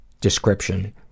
description